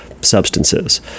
substances